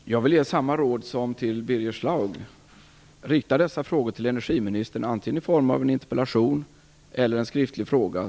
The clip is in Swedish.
Fru talman! Jag vill ge samma råd som jag gav till Birger Schlaug. Rikta dessa frågor till energiministern, antingen i form av en interpellation eller en skriftlig fråga.